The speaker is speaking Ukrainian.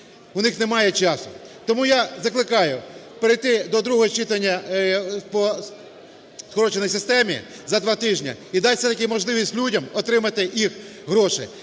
у них немає часу. Тому я закликаю перейти до другого читання по скороченій системі за два тижні і дати все-таки можливість людям отримати їх гроші.